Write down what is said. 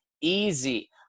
Easy